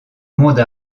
monde